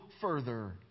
further